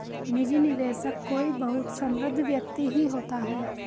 निजी निवेशक कोई बहुत समृद्ध व्यक्ति ही होता है